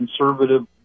conservative